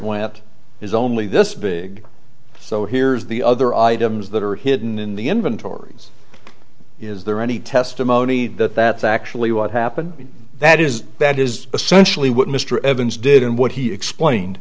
went is only this big so here's the other items that are hidden in the inventories is there any testimony that that's actually what happened and that is that is essentially what mr evans did and what he explained